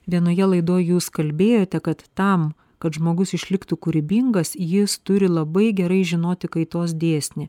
vienoje laidoj jūs kalbėjote kad tam kad žmogus išliktų kūrybingas jis turi labai gerai žinoti kaitos dėsnį